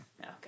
Okay